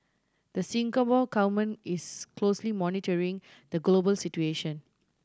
the Singapore Government is closely monitoring the global situation